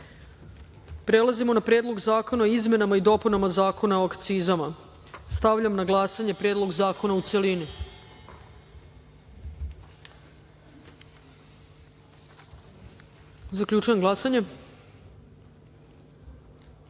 celini. Prelazimo na Predlog zakona o izmenama i dopunama Zakona o akcizama. Stavljam na glasanje Predlog zakona u celini. Zaključujem glasanje: